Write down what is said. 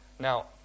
Now